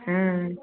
ம்